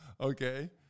okay